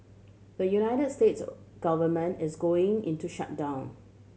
the United States government is going into shutdown